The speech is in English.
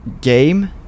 game